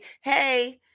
hey